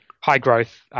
high-growth